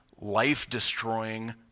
life-destroying